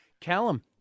Callum